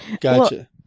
Gotcha